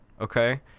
okay